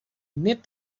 need